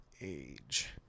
age